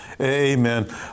Amen